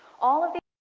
all of these